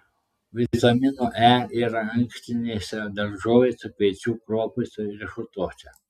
vitamino e yra ankštinėse daržovėse kviečių kruopose riešutuose